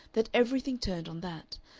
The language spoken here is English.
that everything turned on that,